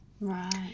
Right